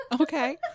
Okay